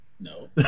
no